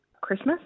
Christmas